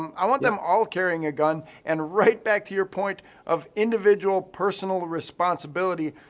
um i want them all carrying a gun and right back to your point of individual personal responsibility,